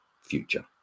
future